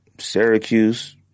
Syracuse